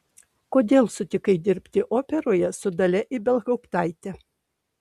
kodėl sutikai dirbti operoje su dalia ibelhauptaite